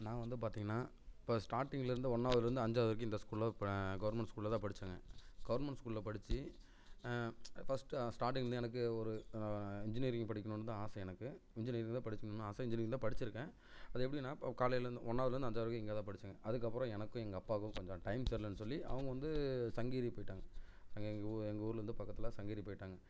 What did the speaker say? நான் வந்து பார்த்தீங்கன்னா இப்போ ஸ்டார்ட்டிங்லயிருந்து ஒன்னாவதுலயிருந்து அஞ்சாவது வரைக்கும் இந்த ஸ்கூல்ல தான் இப்போ கவர்மெண்ட் ஸ்கூல்ல தான் படிச்சேங்க கவர்மெண்ட் ஸ்கூல்ல படித்து ஃபஸ்ட் ஸ்டார்ட்டிங்லருந்து எனக்கு ஒரு என்ஜினியரிங் படிக்கணும்னு தான் ஆசை எனக்கு என்ஜினியரிங் தான் படிக்கணுன்னு ஆச என்ஜினியரிங் தான் படிச்சிருக்கேன் அது எப்படின்னா இப்போ காலையிலேருந்து ஒன்னாவதுலேருந்து அஞ்சாவது வரைக்கும் இங்கேதான் படித்தேன் அதுக்கப்புறம் எனக்கும் எங்கள் அப்பாவுக்கும் கொஞ்சம் டைம் சரியில்லைன்னு சொல்லி அவங்க வந்து சங்கிரி போயிட்டாங்க அங்கே எங்கள் ஊர் எங்கள் ஊர்லேருந்து பக்கத்தில் சங்கிரி போய்ட்டாங்க